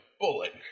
bullet